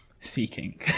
seeking